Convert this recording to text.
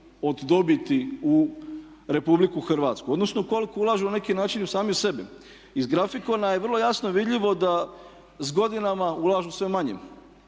od dobiti u Republiku Hrvatsku, odnosno koliko ulažu na neki način i sami u sebe. Iz grafikona je vrlo jasno vidljivo da s godinama ulažu sve manje.